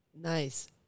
Nice